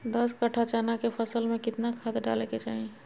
दस कट्ठा चना के फसल में कितना खाद डालें के चाहि?